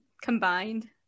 combined